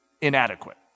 inadequate